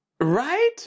right